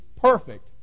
perfect